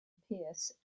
pearce